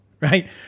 Right